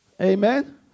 amen